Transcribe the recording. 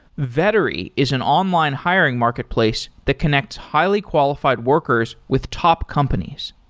vettery is an online hiring marketplace to connects highly-qualified workers with top companies.